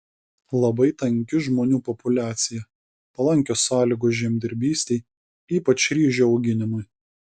labai tanki žmonių populiacija palankios sąlygos žemdirbystei ypač ryžių auginimui